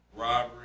Robbery